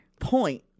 point